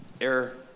Error